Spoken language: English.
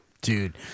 Dude